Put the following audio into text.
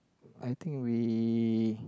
I think we